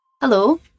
Hello